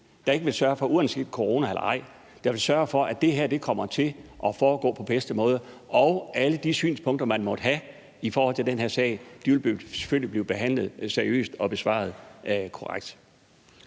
dette Ting, der ikke – corona eller ej – vil sørge for, at det her kommer til at foregå på bedste måde. Og alle de synspunkter, man måtte have i forhold til den her sag, vil blive behandlet seriøst og besvaret.